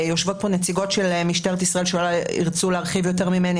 יושבות פה נציגות של משטרת ישראל שאולי ירצו להרחיב יותר ממני.